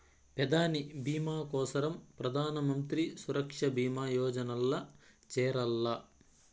పెదాని బీమా కోసరం ప్రధానమంత్రి సురక్ష బీమా యోజనల్ల చేరాల్ల